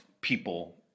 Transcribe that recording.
people